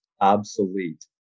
obsolete